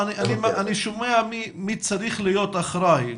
אני שומע מי צריך להיות אחראי.